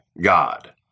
God